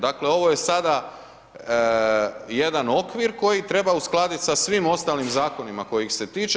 Dakle, ovo je sada jedan okvir koji treba uskladiti sa svim ostalim Zakonima kojih se tiče.